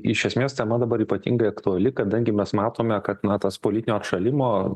iš esmės tema dabar ypatingai aktuali kadangi mes matome kad na tas politinio atšalimo